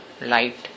light